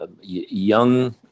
young